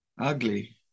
Ugly